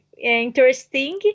interesting